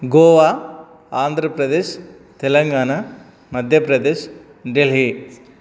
Goa Andhra Pradesh Telangana Madhya Pradesh Delhi